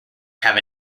have